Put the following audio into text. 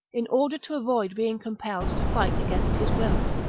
in order to avoid being compelled to fight against his will.